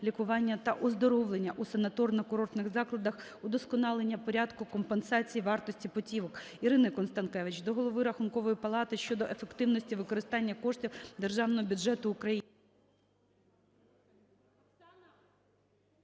лікування та оздоровлення у санаторно-курортних закладах, удосконалення порядку компенсації вартості путівок. Ірини Констанкевич до голови Рахункової палати щодо ефективності використання коштів Державного бюджету України.